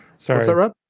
Sorry